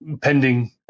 pending